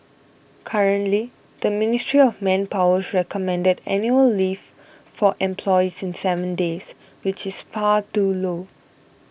currently the Ministry of Manpower's recommended annual leave for employees is seven days which is far too low